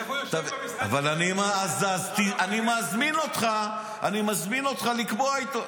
איך הוא יושב במשרד שלו --- אני מזמין אותך לקבוע איתו.